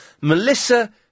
Melissa